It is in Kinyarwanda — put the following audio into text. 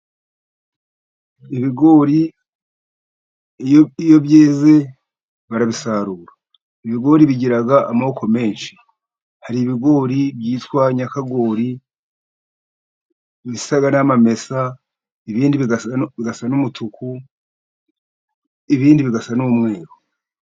Ibigori iyo byeze barabisarura . Ibigori bigira amoboko menshi. Hari ibigori byitwa nyakagori. Ibisa n'amamesa, ibisa n'umutuku, ibindi bigasa n'umweru.